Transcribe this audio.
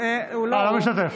משתתף